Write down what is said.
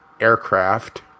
aircraft